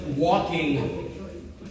Walking